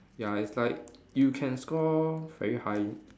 ya it's like you can score very high